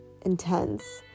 intense